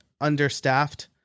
understaffed